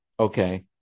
Okay